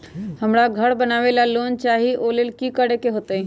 हमरा घर बनाबे ला लोन चाहि ओ लेल की की करे के होतई?